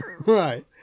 Right